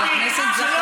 מה הבעיה שלך?